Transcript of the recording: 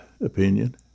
opinion